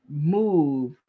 move